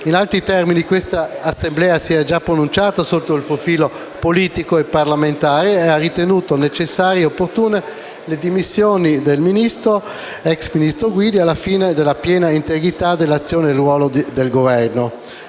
In altri termini quest'Assemblea si è già pronunciata sotto il profilo politico e parlamentare, ha ritenuto necessarie e opportune le dimissioni dell'ex ministro Guidi ai fini della piena integrità dell'azione e del ruolo del Governo,